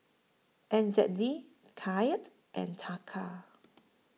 N Z D Kyat and Taka